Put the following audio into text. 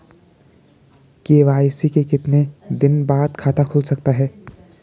KYC के कितने दिन बाद खाता खुल सकता है?